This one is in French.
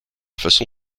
façon